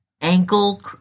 ankle